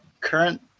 current